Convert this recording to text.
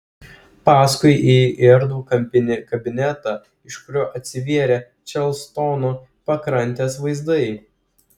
paskui įėjo į erdvų kampinį kabinetą iš kurio atsivėrė čarlstono pakrantės vaizdai